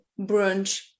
brunch